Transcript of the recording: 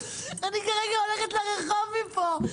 אני כרגע הולכת לרחוב מפה.